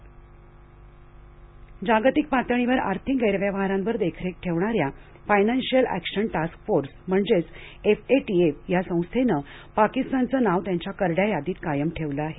पाकिस्तान यादी जागतिक पातळीवर आर्थिक गैरव्यवहारांवर देखरेख ठेवणाऱ्या फायनान्शियल एक्शन टास्क फोर्स म्हणजेच एफएटीएफ या संस्थेनं पाकिस्तानचं नाव त्यांच्या करड्या यादीत कायम ठेवलं आहे